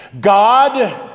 God